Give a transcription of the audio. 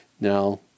Now